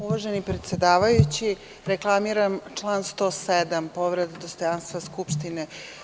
Uvaženi predsedavajući, reklamiram član 107, povreda dostojanstva Skupštine.